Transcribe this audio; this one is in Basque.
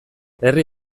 herri